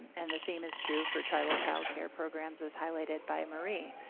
and the same is true for tribal child care programs, as highlighted by marie,